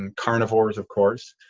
and carnivores, of course,